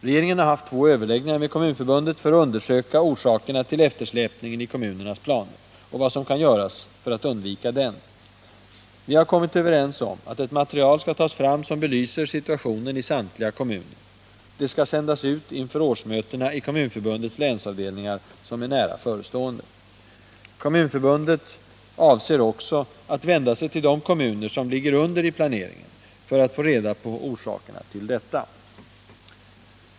Regeringen har haft två överläggningar med Kommunförbundet för att undersöka orsakerna till eftersläpningen i kommunernas planer och se vad som kan göras för att undvika dem. Vi har kommit överens om att ett material skall tas fram, som belyser situationen i samtliga kommuner. Det skall sändas ut inför årsmötena i Kommunförbundets avdelningar, vilka är nära förestående. Kommunförbundet avser också att vända sig till de kommuner som ligger under i planeringen för att få reda på orsakerna till detta.